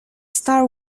star